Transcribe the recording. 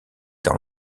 dans